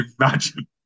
imagine